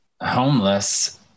homeless